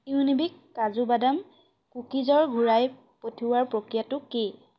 ইউনিবিক কাজু বাদাম কুকিজৰ ঘূৰাই পঠিওৱাৰ প্ৰক্ৰিয়াটো কি